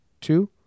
two